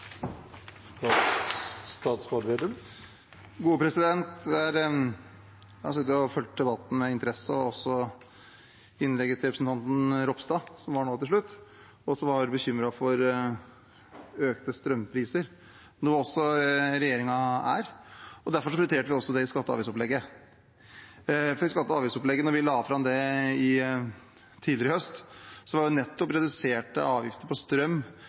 fulgt debatten med interesse, og også innlegget til representanten Ropstad, som var nå til slutt. Han var bekymret for økte strømpriser, noe også regjeringen er. Derfor prioriterte vi også det i skatte- og avgiftsopplegget. Da vi la fram skatte- og avgiftsopplegget tidligere i høst, var nettopp reduserte avgifter på strøm